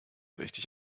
richtig